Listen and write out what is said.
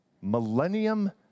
Millennium